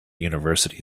university